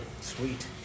Sweet